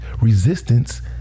resistance